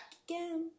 again